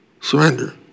surrender